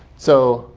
so,